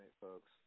folks